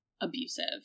abusive